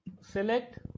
select